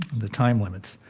the time limits.